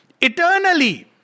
eternally